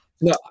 No